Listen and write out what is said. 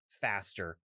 faster